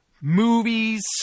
movies